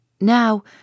Now